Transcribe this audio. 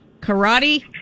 karate